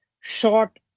short